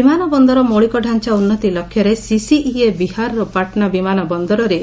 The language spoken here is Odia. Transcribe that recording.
ବିମାନ ବନ୍ଦର ମୌଳିକଡାଞ୍ଚା ଉନ୍ନତି ଲକ୍ଷ୍ୟରେ ସିସିଇଏ ବିହାରର ପାଟନା ବିମାନ ବନ୍ଦରରେ